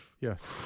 Yes